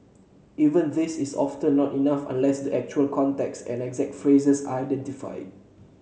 even this is often not enough unless the actual context and exact phrase are identified